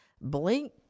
blink